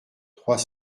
trois